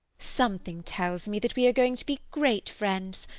something tells me that we are going to be great friends.